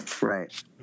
Right